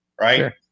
right